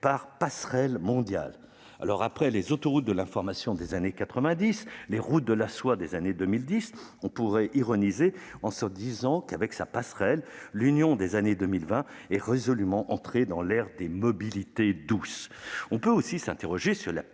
par « passerelle mondiale ». Après les autoroutes de l'information des années 1990 et les routes de la soie des années 2010, on pourrait ironiser en disant que, avec sa « passerelle », l'Union européenne des années 2020 entre dans l'ère dans mobilités douces ... On peut aussi s'interroger sur la